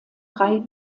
drei